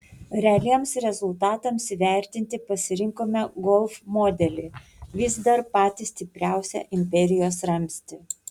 realiems rezultatams įvertinti pasirinkome golf modelį vis dar patį stipriausią imperijos ramstį